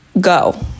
go